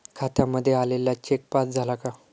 खात्यामध्ये आलेला cheque pass झाला का?